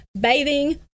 bathing